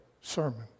sermon